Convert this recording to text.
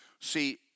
See